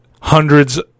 Hundreds